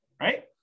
right